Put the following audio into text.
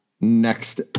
next